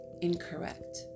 incorrect